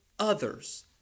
Others